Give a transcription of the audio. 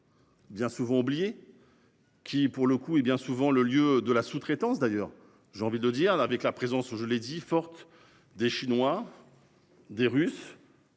Bien souvent oubliés. Qui pour le coup est bien souvent le lieu de la sous-traitance d'ailleurs j'ai envie de dire là avec la présence, je l'ai dit forte des Chinois. Des Russes.